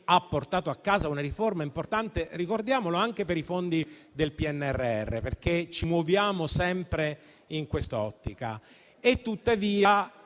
ha portato a casa una riforma importante - ricordiamolo - anche per i fondi del PNRR, perché ci muoviamo sempre in quest'ottica.